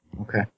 Okay